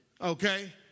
okay